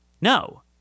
No